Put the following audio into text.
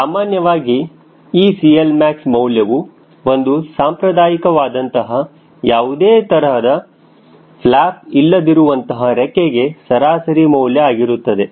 ಸಾಮಾನ್ಯವಾಗಿ ಈ CLmax ಮೌಲ್ಯವು ಒಂದು ಸಾಂಪ್ರದಾಯಿಕವಾದಂತಹ ಯಾವುದೇ ತರಹದ ಫ್ಲ್ಯಾಪ್ ಇಲ್ಲದಿರುವಂತಹ ರೆಕ್ಕೆಗೆ ಸರಾಸರಿ ಮೌಲ್ಯ ಆಗಿರುತ್ತದೆ